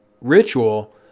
ritual